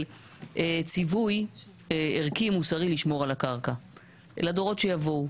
ציווי ערכי מוסרי לשמור על הקרקע לדורות שיבואו.